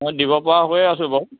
অ' দিব পৰা হৈ আছোঁ বাৰু